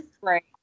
right